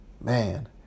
man